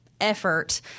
effort